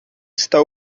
está